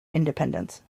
independence